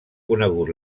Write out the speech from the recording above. conegut